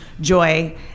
joy